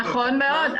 נכון מאוד.